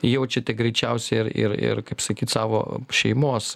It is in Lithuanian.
jaučiate greičiausiai ir ir ir kaip sakyt savo šeimos